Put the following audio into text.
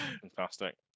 fantastic